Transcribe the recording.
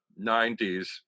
90s